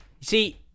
See